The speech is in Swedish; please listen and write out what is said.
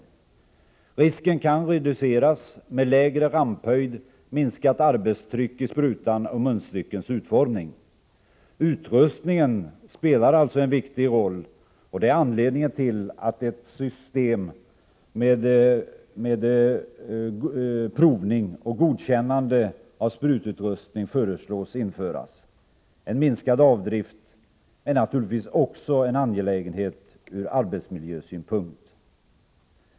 Risken kan reduceras med lägre ramphöjd, minskat arbetstryck i sprutan och munstyckets utformning. Utrustningen spelar alltså en viktig roll. Det är anledningen till att ett system med provning och godkännande av sprututrustning föreslås bli infört. En minskad avdrift är naturligtvis också en angelägenhet ur arbetsmiljösynpunkt.